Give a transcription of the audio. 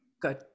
Good